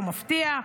לא מפתיע,